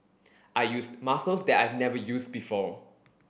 I used muscles that I've never used before